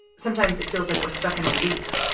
sometimes it feels like we're stuck in a loop,